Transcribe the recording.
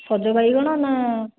ସଜ ବାଇଗଣ ନା